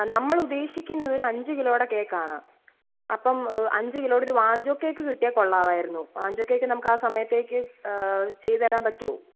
ആ നമ്മൾ ഉദ്ദേശിക്കുന്നത് ഒരു അഞ്ച് കിലോയുടെ കേക്ക് ആണ് അപ്പം അഞ്ച് കിലോയുടെ ഓരു വാഞ്ചൊ കേക്ക് കിട്ടിയാൽ കൊള്ളാമായിരുന്നു വാഞ്ചൊ കേക്ക് നമുക്ക് ആ സമയത്തേക്ക് ചെയ്ത് തരാൻ പറ്റുവോ